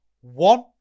One